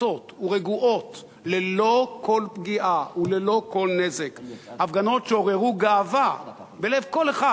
ורגועות ללא כל פגיעה וללא כל נזק הפגנות שעוררו גאווה בלב כל אחד,